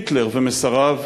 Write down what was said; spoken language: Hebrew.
היטלר ומסריו,